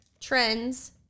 trends